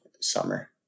summer